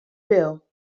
bill